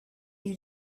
you